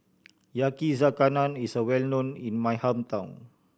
yakizakana is well known in my hometown